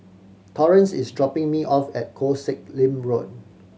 Torrence is dropping me off at Koh Sek Lim Road